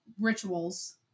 rituals